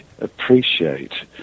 appreciate